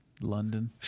London